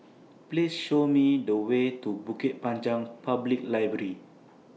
Please Show Me The Way to Bukit Panjang Public Library